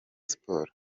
sports